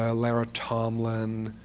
ah lara tomlin.